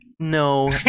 no